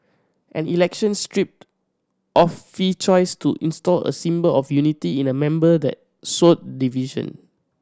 an election stripped of fee choice to install a symbol of unity in a member that sowed division